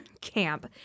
camp